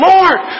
Lord